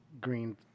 green